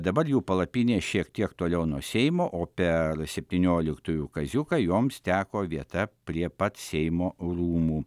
dabar jų palapinė šiek tiek toliau nuo seimo o per septynioliktųjų kaziuką joms teko vieta prie pat seimo rūmų